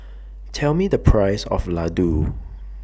Tell Me The Price of Ladoo